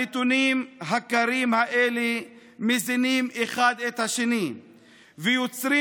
הנתונים הקרים האלה מזינים אחד את השני ויוצרים